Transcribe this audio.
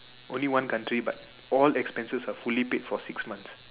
only one country but all expenses are free paid for six months